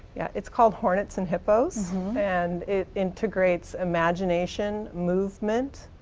yeah, it's called hornets and hippos and it integrates imagination, movement,